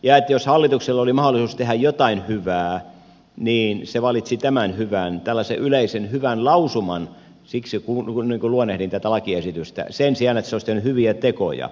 ja jos hallituksella oli mahdollisuus tehdä jotain hyvää niin se valitsi tämän hyvän tällaisen yleisen hyvän lausuman siksi luonnehdin tätä lakiesitystä sen sijaan että se olisi tehnyt hyviä tekoja